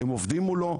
הם עובדים מולו,